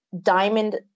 diamond